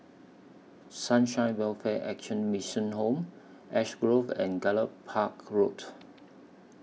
Sunshine Welfare Action Mission Home Ash Grove and Gallop Park Road